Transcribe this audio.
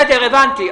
בסדר, הבנתי.